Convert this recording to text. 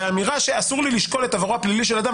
והאמירה שאסור לי לשקול את עברו הפלילי של אדם,